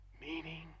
meaning